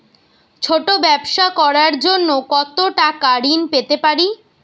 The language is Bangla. ছোট ব্যাবসা করার জন্য কতো টাকা ঋন পেতে পারি?